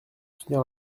soutenir